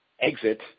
exit